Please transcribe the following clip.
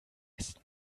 ist